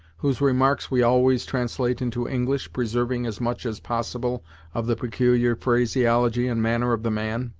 whose remarks we always translate into english, preserving as much as possible of the peculiar phraseology and manner of the man,